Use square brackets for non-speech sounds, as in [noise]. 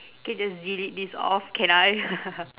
can just delete this off can I [laughs]